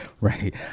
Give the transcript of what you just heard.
right